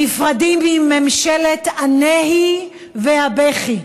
נפרדים מממשלת הנהי והבכי,